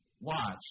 watch